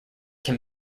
can